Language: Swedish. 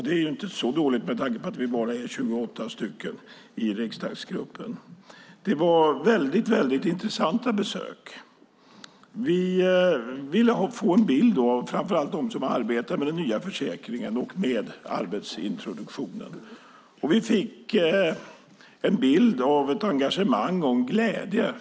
Det är inte så dåligt med tanke på att vi är bara 28 personer i riksdagsgruppen. Det var väldigt intressanta besök. Framför allt från dem som arbetar med den nya försäkringen och med arbetsintroduktionen ville vi få en bild av hur det är.